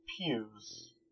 pews